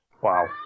Wow